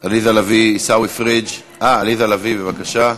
עליזה לביא, עיסאווי פריג' אה, עליזה לביא, בבקשה.